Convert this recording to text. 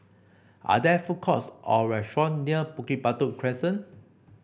are there food courts or restaurant near Bukit Batok Crescent